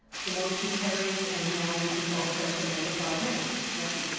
the motion carries and now we can call the question after five minutes.